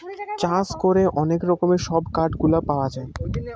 চাষ করে অনেক রকমের সব কাঠ গুলা পাওয়া যায়